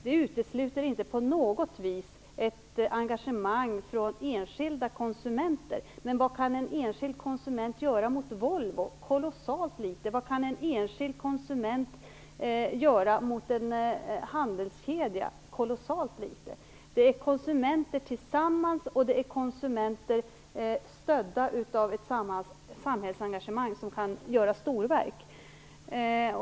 Det utesluter inte på något vis ett engagemang från enskilda konsumenter, men vad kan en enskild konsument göra mot Volvo? Kolossalt litet. Vad kan en enskild konsument göra mot en handelskedja? Kolossalt litet. Det är konsumenter tillsammans och konsumenter stödda av ett samhällsengagemang som kan göra storverk.